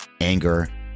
anger